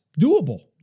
doable